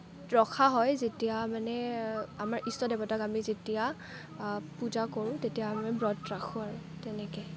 ৰখা হয় যেতিয়া মানে আমাৰ ইষ্ট দেৱতাক আমি যেতিয়া পূজা কৰো তেতিয়া আমি ব্ৰত ৰাখো আৰু তেনেকৈ